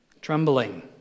Trembling